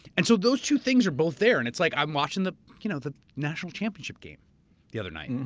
and so those two things are both there and it's like i'm watching the you know the national championship game the other night.